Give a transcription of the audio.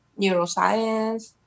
neuroscience